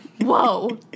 Whoa